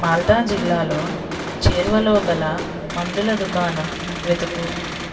మాల్దా జిల్లాలో చేరువలోగల మందుల దుకాణం వెతుకు